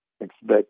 expect